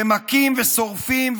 שמכים ושורפים,